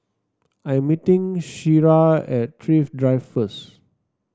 I am meeting Shira at Thrift Drive first